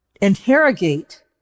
interrogate